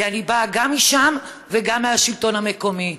כי אני באה גם משם וגם מהשלטון המקומי.